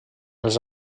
els